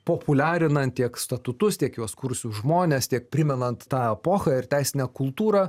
populiarinant tiek statutus tiek juos kūrusius žmones tiek primenant tą epochą ir teisinę kultūrą